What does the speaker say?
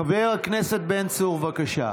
חבר הכנסת בן צור, בבקשה,